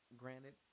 granted